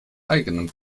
eigenen